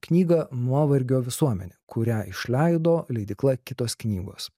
knygą nuovargio visuomenė kurią išleido leidykla kitos knygos